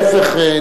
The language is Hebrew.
להיפך,